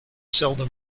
seldom